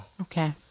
Okay